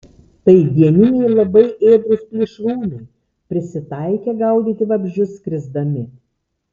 tai dieniniai labai ėdrūs plėšrūnai prisitaikę gaudyti vabzdžius skrisdami